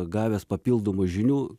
gavęs papildomų žinių